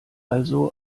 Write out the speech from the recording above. also